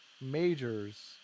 majors